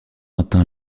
atteint